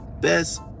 best